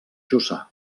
jussà